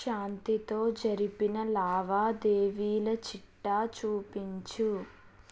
శాంతితో జరిపిన లావాదేవీల చిట్టా చూపించు